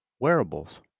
Wearables